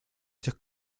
этих